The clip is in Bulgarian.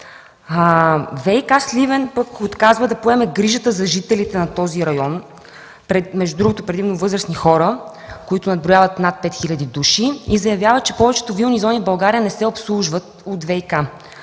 – Сливен, пък отказва да поеме грижата за жителите на този район – предимно възрастни хора, които наброяват над 5000 души. Заявява, че повечето вилни зони в България не се обслужват от ВиК.